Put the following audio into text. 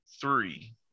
Three